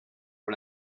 ont